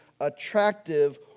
attractive